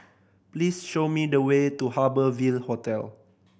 please show me the way to Harbour Ville Hotel